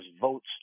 votes